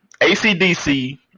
ACDC